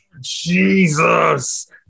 Jesus